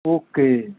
okay